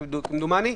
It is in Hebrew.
כמדומני.